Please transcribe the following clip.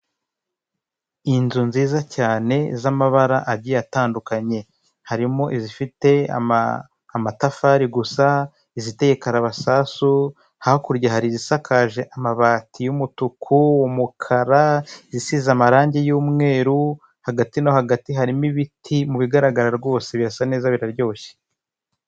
Inzu nziza cyane z'amabara agiye atandukanye, harimo izifite amatafari gusa iziteye karabasasu hakurya hari izisakaje amabati y'umutuku umukara isize amarangi y'umweru hagati no hagati harimo ibiti mubigaragara rwose birasa neza biraryoshye.